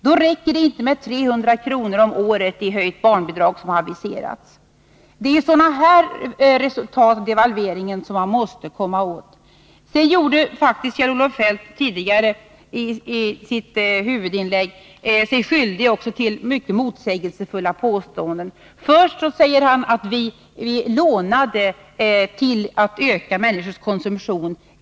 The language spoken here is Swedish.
Det räcker inte, som aviserats, med 300 kr. i höjt barnbidrag om året för att kompensera detta. Det är sådana resultat av devalveringen som man måste komma åt. I sitt huvudanförande gjorde sig Kjell-Olof Feldt faktiskt skyldig till mycket motsägelsefulla påståenden. Först sade han att vi lånade pengar för att öka människors konsumtion.